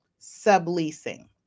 subleasing